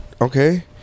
Okay